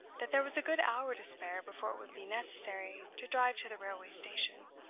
that there was a good hour to spare before it would be necessary to drive to the railway station.